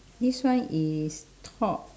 this one is thought